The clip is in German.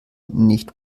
nicht